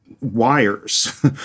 wires